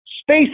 Space